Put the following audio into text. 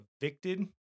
evicted